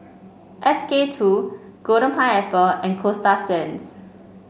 S K two Golden Pineapple and Coasta Sands